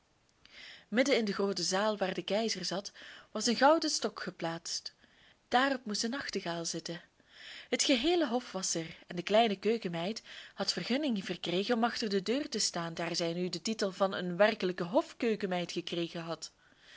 midden in de groote zaal waar de keizer zat was een gouden stok geplaatst daarop moest de nachtegaal zitten het geheele hof was er en de kleine keukenmeid had vergunning verkregen om achter de deur te staan daar zij nu den titel van een werkelijke hofkeukenmeid gekregen had